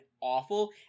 awful